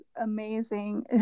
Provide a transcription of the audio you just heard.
amazing